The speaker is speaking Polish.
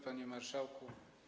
Panie Marszałku!